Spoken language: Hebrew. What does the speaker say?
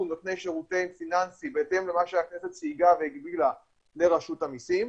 נותני שירות פיננסי בהתאם למה שהכנסת סייגה והגבילה לרשות המסים.